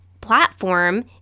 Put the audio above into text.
platform